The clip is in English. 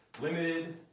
Limited